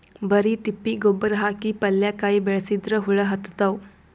ಬರಿ ತಿಪ್ಪಿ ಗೊಬ್ಬರ ಹಾಕಿ ಪಲ್ಯಾಕಾಯಿ ಬೆಳಸಿದ್ರ ಹುಳ ಹತ್ತತಾವ?